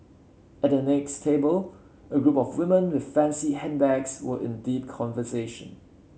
at the next table a group of women with fancy handbags were in deep conversation